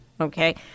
okay